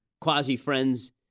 quasi-friends